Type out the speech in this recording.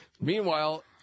Meanwhile